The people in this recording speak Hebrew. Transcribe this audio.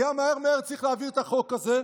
כי היה צריך מהר מהר להעביר את החוק הזה.